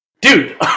Dude